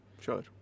Sure